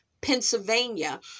Pennsylvania